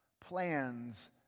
plans